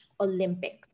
Olympics